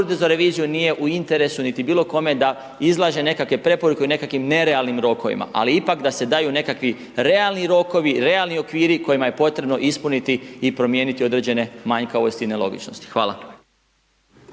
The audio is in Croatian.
uredu za reviziju nije u interesu niti bilo kome da izlaže nekakve preporuke u nekakvim nerealnim rokovima, ali ipak da se daju nekakvi realni rokovi, realni okviri kojima je potrebno ispuniti i promijeniti određene manjkavosti i nelogičnosti. Hvala.